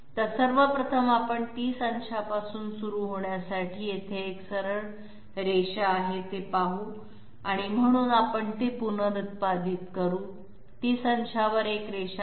तर सर्वप्रथम आपण 30 अंशापासून सुरू होण्यासाठी येथे एक सरळ रेषा आहे ते पाहू म्हणून आपण ती पुनरुत्पादित करू 30 अंशांवर एक रेषा आहे